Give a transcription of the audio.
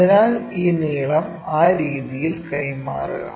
അതിനാൽ ഈ നീളം ആ രീതിയിൽ കൈമാറുക